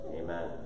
Amen